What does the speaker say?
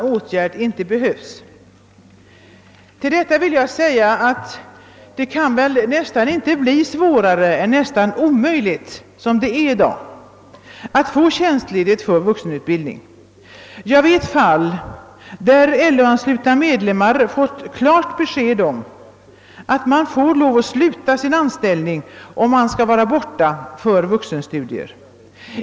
Med utgångspunkt i detta remissyttrande vill jag framhålla att det knappast kan bli svårare än nästan omöjligt, som det är i dag, att få tjänstledighet för vuxenutbildning. Jag känner till fall då LO-anslutna medlemmar fått klart besked om att de måste sluta sin anställning om de skall vara borta för vuxenstudier.